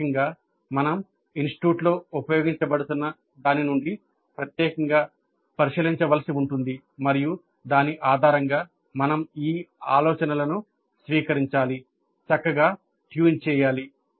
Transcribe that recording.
ప్రాథమికంగా మనం ఇన్స్టిట్యూట్లో ఉపయోగించబడుతున్న దాని నుండి ప్రత్యేకంగా పరిశీలించవలసి ఉంటుంది మరియు దాని ఆధారంగా మనం ఈ ఆలోచనలను స్వీకరించాలి చక్కగా ట్యూన్ చేయాలి